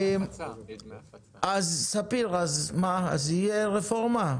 אם כן, ספיר, תהיה רפורמה?